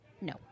no